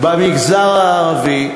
במגזר הערבי,